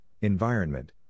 environment